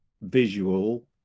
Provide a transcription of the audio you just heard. visual